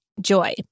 joy